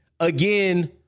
Again